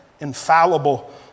infallible